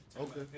Okay